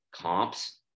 comps